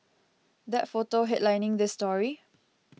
that photo headlining this story